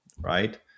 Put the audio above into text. Right